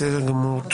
בסדר גמור.